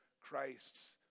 Christ's